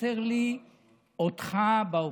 חסר לי אותך באופוזיציה.